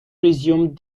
resumed